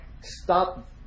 stop